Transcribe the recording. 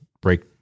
break